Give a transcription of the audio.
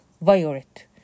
violet